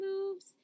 moves